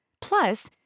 Plus